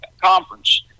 conference